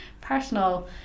personal